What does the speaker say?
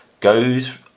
goes